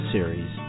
Series